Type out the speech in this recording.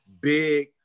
big